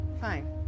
fine